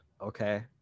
okay